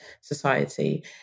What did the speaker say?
society